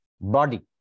Body